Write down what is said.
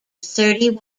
thirty